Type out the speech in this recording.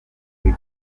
kuri